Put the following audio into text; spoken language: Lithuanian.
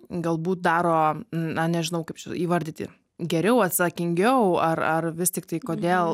galbūt daro na nežinau kaip įvardyti geriau atsakingiau ar ar vis tiktai kodėl